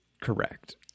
correct